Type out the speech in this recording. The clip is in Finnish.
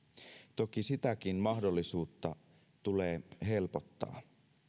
toki sitäkin mahdollisuutta tulee helpottaa